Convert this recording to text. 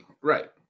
Right